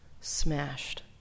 smashed